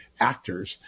actors